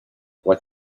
what